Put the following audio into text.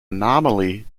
anomaly